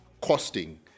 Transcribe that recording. costing